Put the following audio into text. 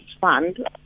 fund